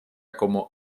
como